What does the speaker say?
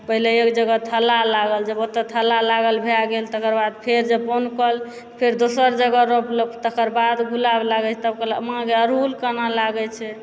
पहिले एक जगह थल्ला लागल जभ ओतऽ थल्ला लागल जे भए गेल तकर बाद फेर जे पोनकल फेर दोसर जगह रोपलक तकर बाद गुलाब लागै छै तभ कहलक माँ गय अड़हूल केना लागै छै